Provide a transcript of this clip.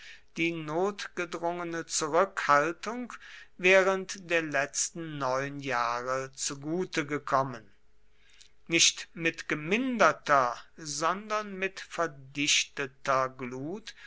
die notgedrungene zurückhaltung während der letzten neun jahre zugute gekommen nicht mit geminderter nur mit verdichteter glut